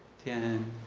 ten,